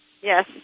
Yes